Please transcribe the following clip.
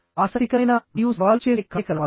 ఆసక్తికరమైన మరియు సవాలు చేసే కార్యకలాపాలు